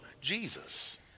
Jesus